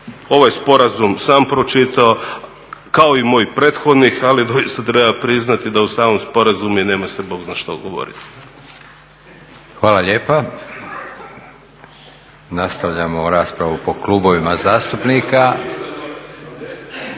ovaj sporazum sam pročitao kao i moj prethodnik, ali isto treba priznati da o samom sporazumu nema se Bog zna što govoriti. **Leko, Josip (SDP)** Hvala lijepa. Nastavljamo raspravu po klubovima zastupnika.